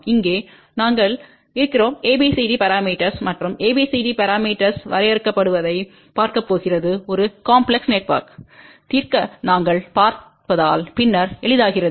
இங்கே நாங்கள் இருக்கிறோம் ABCD பரமீட்டர்ஸ் மற்றும் ABCD பரமீட்டர்ஸ் வரையறுக்கப்படுவதைப் பார்க்கப் போகிறது ஒரு காம்ப்லெஸ் நெட்ஒர்க்தை தீர்க்க நாங்கள் பார்ப்பதால் பின்னர் எளிதாகிறது